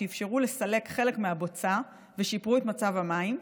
שאפשרו לסלק חלק מהבוצה ושיפרו את מצב המים,